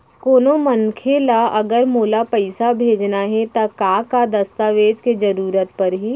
कोनो मनखे ला अगर मोला पइसा भेजना हे ता का का दस्तावेज के जरूरत परही??